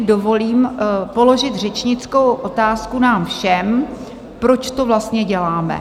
Dovolím si tedy položit řečnickou otázku nám všem: proč to vlastně děláme?